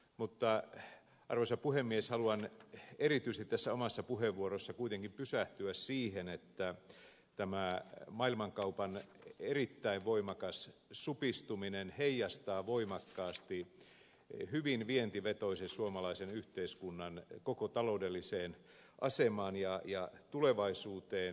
mutta arvoisa puhemies haluan erityisesti tässä omassa puheenvuorossa kuitenkin pysähtyä siihen että tämä maailmankaupan erittäin voimakas supistuminen heijastuu voimakkaasti hyvin vientivetoisen suomalaisen yhteiskunnan koko taloudelliseen asemaan ja tulevaisuuteen